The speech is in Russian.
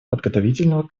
подготовительного